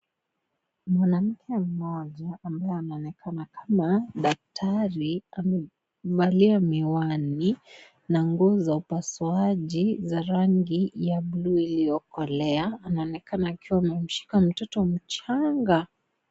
Mwanamke mmoja ambaye anonekana kama daktari amevalia miwani na nguo za upasuaji za rangi ya bluu iliyokolea. Anaonekana akiwa amemshika mtoto mchanga.